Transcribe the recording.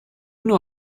know